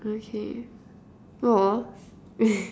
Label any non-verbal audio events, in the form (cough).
okay !aww! (laughs)